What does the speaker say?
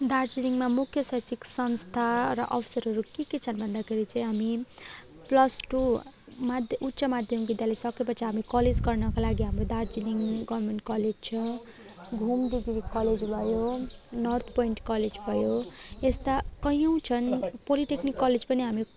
दार्जीलिङमा मुख्य शैक्षिक संस्था र अवसरहरू के के छन् भन्दाखेरि चाहिँ हामी प्लस टू माध्य उच्च माध्यमिक विद्यालय सकेपछि हामी कलेज गर्नको लागि हाम्रो दार्जिलिङ गर्मेन्ट कलेज छ घुम डिग्री कलेज भयो नर्थ पोइन्ट कलेज भयो यस्ता कयौँ छन् पोलिटेक्निक कलेज पनि हामी